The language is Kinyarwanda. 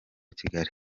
kigali